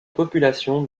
population